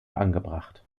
angebracht